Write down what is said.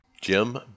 Jim